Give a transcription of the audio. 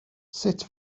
sut